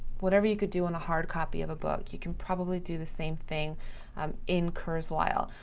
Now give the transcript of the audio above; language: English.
whatever you could do on a hard copy of a book you can probably do the same thing um in kurzweil.